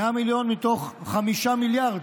100 מיליון מתוך 5 מיליארד